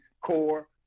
CORE